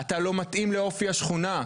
אתה לא מתאים לאופי השכונה,